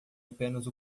apenas